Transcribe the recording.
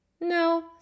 No